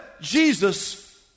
Jesus